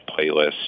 playlist